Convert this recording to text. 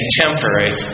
temporary